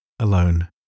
alone